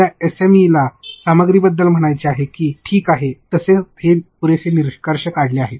आपल्या एसएमईला सामग्रीबद्दल म्हणायचे आहे की मी ठीक आहे तसे हे पुरेसे निष्कर्ष काढले आहे